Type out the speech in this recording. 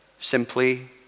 simply